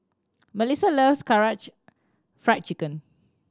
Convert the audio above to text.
Mellisa loves Karaage Fried Chicken